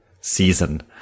season